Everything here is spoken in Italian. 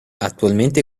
attualmente